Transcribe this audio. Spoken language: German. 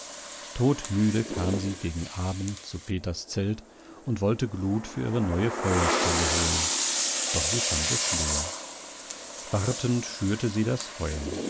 todmüde kam sie gegen abend zu peters zelt und wollte glut für ihre neue feuerstelle holen doch sie fand es leer wartend schürte sie das feuer